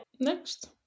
Next